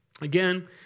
Again